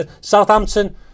Southampton